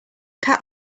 cat